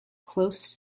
close